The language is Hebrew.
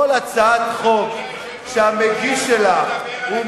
כל הצעת חוק שהמגיש שלה הוא